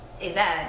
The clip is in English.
event